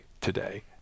today